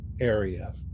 area